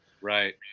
right